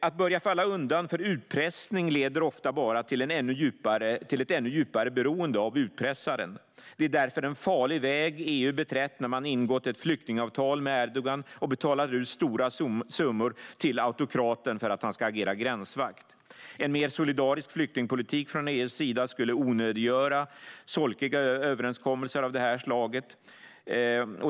Att börja falla undan för utpressning leder ofta bara till ett ännu djupare beroende av utpressaren. Det är därför en farlig väg EU har beträtt när man ingått ett flyktingavtal med Erdogan och betalar ut stora summor till autokraten för att han ska agera gränsvakt. En mer solidarisk flyktingpolitik från EU:s sida skulle onödiggöra solkiga överenskommelser av det här slaget.